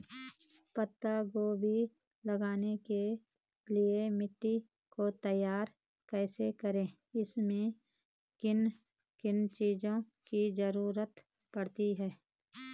पत्ता गोभी लगाने के लिए मिट्टी को तैयार कैसे करें इसमें किन किन चीज़ों की जरूरत पड़ती है?